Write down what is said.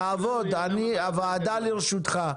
נעבוד, הוועדה לרשותך.